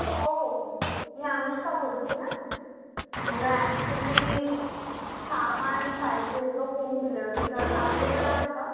हो हो सर मी अनुष्का बोलते आहे मला ॲक्च्युली सामान पाहिजे होतं होम डिलेवरी तर अव्हेलेबल आहे का